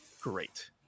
great